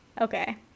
Okay